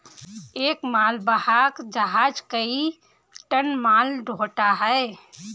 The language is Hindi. एक मालवाहक जहाज कई टन माल ढ़ोता है